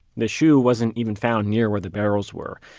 the shoe wasn't even found near where the barrels were.